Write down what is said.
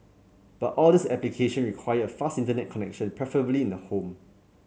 but all these application require a fast Internet connection preferably in the home